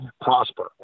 prosper